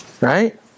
Right